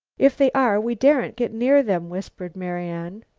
if they are, we daren't get near them, whispered marian.